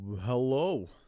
hello